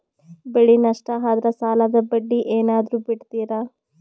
ಬೆಳೆ ನಷ್ಟ ಆದ್ರ ಸಾಲದ ಬಡ್ಡಿ ಏನಾದ್ರು ಬಿಡ್ತಿರಾ?